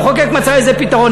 המחוקק מצא איזה פתרון.